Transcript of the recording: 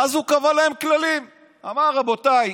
ואז הוא קבע להם כללים, אמר: רבותיי,